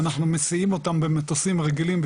אנחנו מסיעים אותם במטוסים רגילים,